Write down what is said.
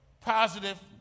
positive